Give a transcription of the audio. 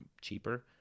cheaper